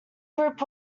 group